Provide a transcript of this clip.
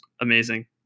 Amazing